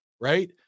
right